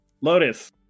Lotus